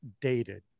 dated